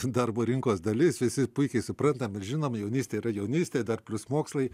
darbo rinkos dalis visi puikiai suprantam ir žinom jaunystė yra jaunystė dar plius mokslai